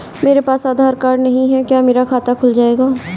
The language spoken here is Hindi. मेरे पास आधार कार्ड नहीं है क्या मेरा खाता खुल जाएगा?